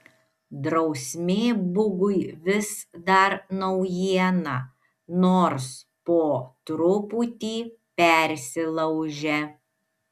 drausmė bugui vis dar naujiena nors po truputį persilaužia